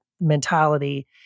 mentality